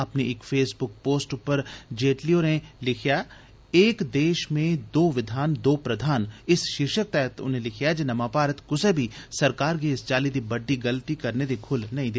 अपनी इक Facebook post च जेटली होरें ''एक देश मे दो विधान दो प्रधान'' शीर्षक तैह्त लिखेआ जे नमां भारत कुसै बी सरकार गी इस चाल्ली दी बड्डी गलती करने दी खुल्ल नेई ऐ